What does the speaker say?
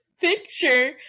picture